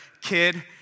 kid